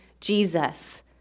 Jesus